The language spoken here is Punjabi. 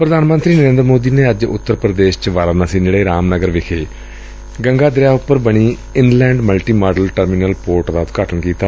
ਪ੍ਧਾਨ ਮੰਤਰੀ ਨਰੇਂਦਰ ਮੋਦੀ ਨੇ ਅੱਜ ਉੱਤਰ ਪ੍ਦੇਸ਼ ਵਾਰਾਨਸੀ ਨੇੜੇ ਰਾਮਨਗਰ ਵਿਖੇ ਗੰਗਾ ਦਰਿਆ ਉਪਰ ਬਣੀ inland multi modal terminal port ਦਾ ਉਦਘਾਟਨ ਕੀਤਾ